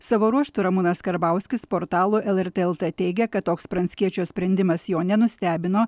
savo ruožtu ramūnas karbauskis portalo lrt lt teigė kad toks pranckiečio sprendimas jo nenustebino